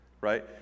right